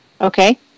Okay